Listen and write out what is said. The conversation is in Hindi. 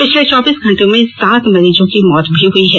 पिछले चौबीस घंटे में सात मरीजों की मौत भी हुई है